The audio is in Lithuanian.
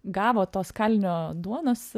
gavo tos kalinio duonos